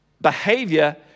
behavior